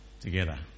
together